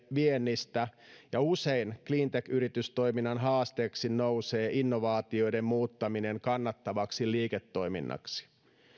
viennistä ja usein cleantech yritystoiminnan haasteeksi nousee innovaatioiden muuttaminen kannattavaksi liiketoiminnaksi